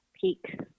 peak